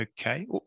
Okay